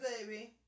baby